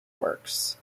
works